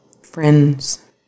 friends